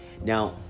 Now